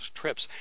trips